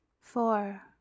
Four